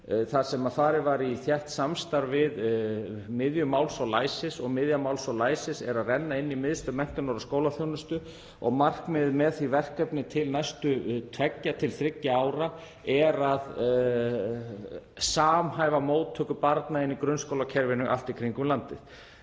þar sem farið var í þétt samstarf við Miðju máls og læsis. Miðja máls og læsis er að renna inn í Miðstöð menntunar og skólaþjónustu og markmiðið með því verkefni til næstu tveggja til þriggja ára er að samhæfa móttöku barna í grunnskólakerfinu allt í kringum landið.